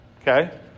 okay